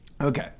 Okay